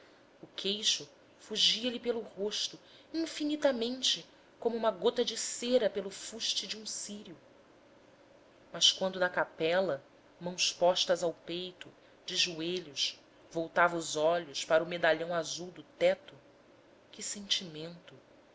o queixo fugia-lhe pelo rosto infinitamente como uma gota de cera pelo fuste de um círio mas quando na capela mãos postas ao peito de joelhos voltava os olhos para o medalhão azul do teto que sentimento